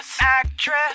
actress